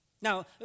Now